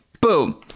boom